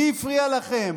מי הפריע לכם,